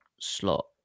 slot